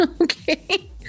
okay